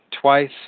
twice